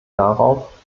darauf